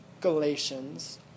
Galatians